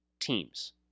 Teams